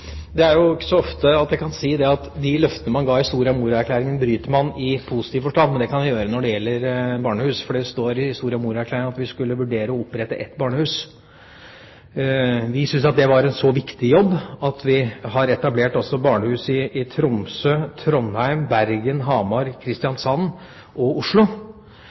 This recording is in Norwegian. Det er ikke så ofte jeg kan si at de løftene man ga i Soria Moria-erklæringen, bryter man i positiv forstand. Men det kan jeg kan gjøre når det gjelder barnehus, for det står i Soria Moria-erklæringen at vi skulle vurdere å opprette ett barnehus. Vi syns at det var en så viktig jobb at vi har etablert barnehus også i Tromsø, Trondheim, Bergen, Hamar, Kristiansand og Oslo.